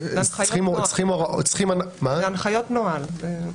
אלה הנחיות נוהל.